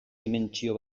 dimentsio